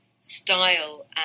style